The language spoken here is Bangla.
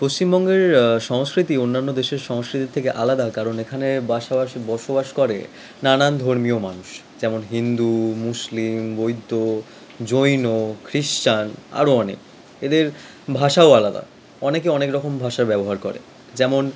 পশ্চিমবঙ্গের সংস্কৃতি অন্যান্য দেশের সংস্কৃতির থেকে আলাদা কারণ এখানে বাশাবাশি বসবাস করে নানান ধর্মীয় মানুষ যেমন হিন্দু মুসলিম বৈদ্য জৈন খ্রিশ্চান আরো অনেক এদের ভাষাও আলাদা অনেকে অনেক রকম ভাষা ব্যবহার করে যেমন